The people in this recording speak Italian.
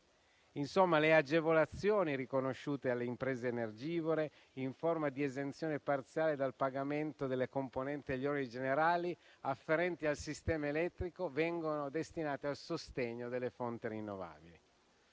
Insomma, le agevolazioni riconosciute alle imprese energivore in forma di esenzione parziale dal pagamento delle componenti degli oneri generali afferenti al sistema elettrico vengono destinate al sostegno delle fonti rinnovabili.